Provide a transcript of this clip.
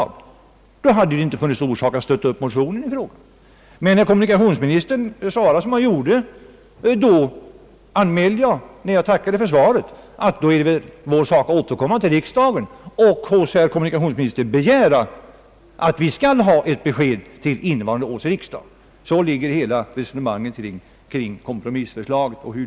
Om han hade lämnat ett svar av denna innebörd, hade det inte funnits anledning att stötta upp motionen. När emellertid kommunikationsministern svarade som han gjorde, anmälde jag, när jag tackade för svaret, att det är vår sak att återkomma och begära ett besked till innevarande års riksdag. Så ligger det till med resonemanget kring kompromissförslaget.